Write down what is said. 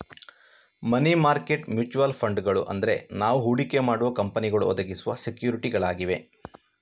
ಮನಿ market mutual ಫಂಡುಗಳು ಅಂದ್ರೆ ನಾವು ಹೂಡಿಕೆ ಮಾಡುವ ಕಂಪನಿಗಳು ಒದಗಿಸುವ ಸೆಕ್ಯೂರಿಟಿಗಳಾಗಿವೆ